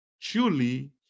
Truly